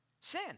Sin